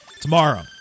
Tomorrow